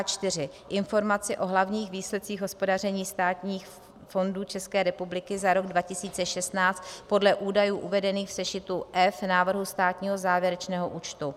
4. informaci o hlavních výsledcích hospodaření státních fondů České republiky za rok 2016 podle údajů uvedených v sešitu F návrhu státního závěrečného účtu;